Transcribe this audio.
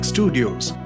Studios